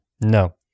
No